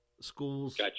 schools